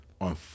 on